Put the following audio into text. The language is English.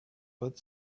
but